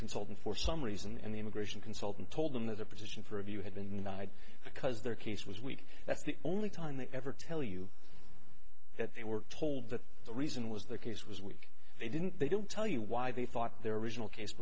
consultant for some reason and the immigration consultant told them that the position for of you had been lied because their case was weak that's the only time they ever tell you that they were told that the reason was the case was weak they didn't they don't tell you why they thought their original case